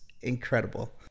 incredible